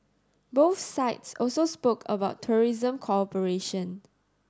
both sides also spoke about tourism cooperation